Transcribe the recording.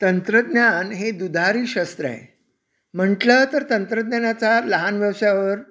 तंत्रज्ञान हे दुधारी शस्त्रंय म्हटलं तर तंत्रज्ञानाचा लहान व्यवसायावर